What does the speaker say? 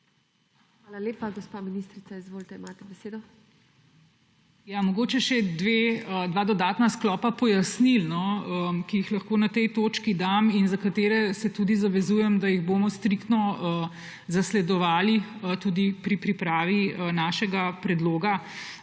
Hvala lepa. Gospa ministrica, izvolite, imate besedo. DR. SIMONA KUSTEC: Ja, mogoče še dva dodatna sklopa pojasnil, ki jih lahko na tej točki dam in za katere se tudi zavezujem, da jih bomo striktno zasledovali tudi pri pripravi našega predloga